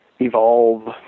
evolve